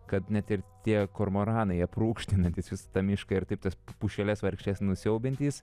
kad net ir tie kormoranai aprūgštinantys tą mišką ir taip tas pušeles vargšes nusiaubiantys